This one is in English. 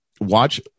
Watch